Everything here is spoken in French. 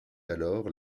alors